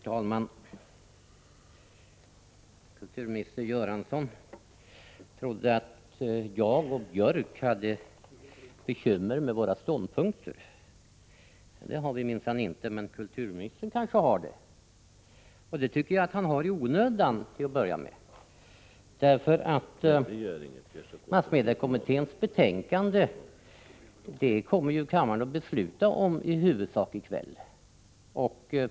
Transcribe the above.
Herr talman! Kulturminister Göransson trodde att jag och Anders Björck hade bekymmer med våra ståndpunkter. Det har vi minsann inte, men det har kanske kulturministern. I så fall tycker jag till att börja med att han har det i onödan, eftersom det i huvudsak är massmediekommitténs betänkande som kammaren kommer att besluta om i kväll.